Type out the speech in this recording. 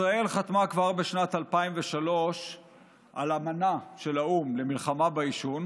ישראל חתמה כבר בשנת 2003 על אמנה של האו"ם למלחמה בעישון.